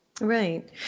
Right